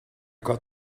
got